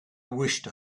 wished